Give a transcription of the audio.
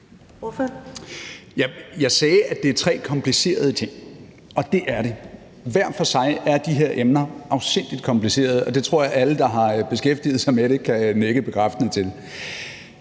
Jeg sagde, at det er tre komplicerede ting, og det er det. Hver for sig er de her emner afsindig komplicerede, og det tror jeg alle, der har beskæftiget sig med det, kan nikke bekræftende til.